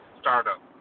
startup